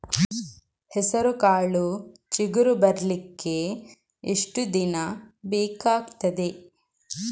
ಹೆಸರುಕಾಳು ಚಿಗುರು ಬರ್ಲಿಕ್ಕೆ ಎಷ್ಟು ದಿನ ಬೇಕಗ್ತಾದೆ?